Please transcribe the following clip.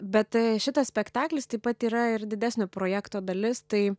bet šitas spektaklis taip pat yra ir didesnio projekto dalis tai